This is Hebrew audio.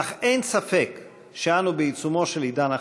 אך אין ספק שאנו בעיצומו של עידן אחר.